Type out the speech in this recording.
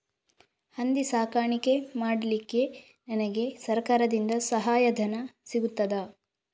ಹಂದಿ ಸಾಕಾಣಿಕೆ ಮಾಡಲಿಕ್ಕೆ ನನಗೆ ಸರಕಾರದಿಂದ ಸಹಾಯಧನ ಸಿಗುತ್ತದಾ?